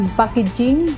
packaging